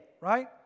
right